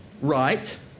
right